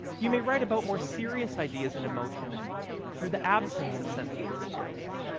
you may write about more serious ideas and emotions through the absence of sensory experience.